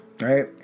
right